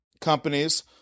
companies